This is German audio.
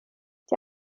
die